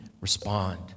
Respond